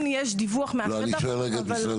כן יש דיווח --- אני שואל רגע את משרד